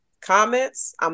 comments